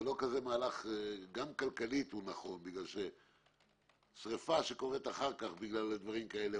גם כלכלית המהלך הזה נכון בגלל ששרפה שקורית אחר כך בגלל דברים כאלה,